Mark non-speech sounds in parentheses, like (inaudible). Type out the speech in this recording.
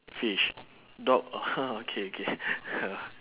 fish dog orh (laughs) okay okay (laughs)